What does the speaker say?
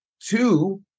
two